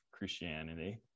christianity